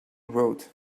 wrote